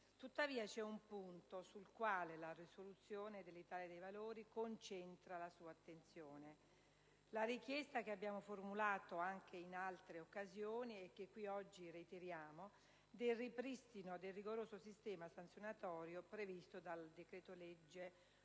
Tuttavia vi è un punto sul quale la proposta di risoluzione dell'Italia dei Valori concentra la sua attenzione: la richiesta, che abbiamo formulato anche in altre occasioni e che qui oggi reiteriamo, del ripristino del rigoroso sistema sanzionatorio previsto dal decreto